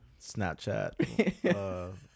Snapchat